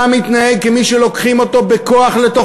אתה מתנהג כמי שלוקחים אותו בכוח לתוך